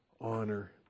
honor